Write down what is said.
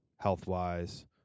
health-wise